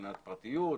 מבחינת פרטיות,